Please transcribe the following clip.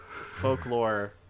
Folklore